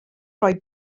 rhoi